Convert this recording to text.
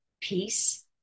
peace